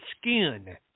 skin